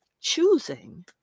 choosing